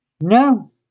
No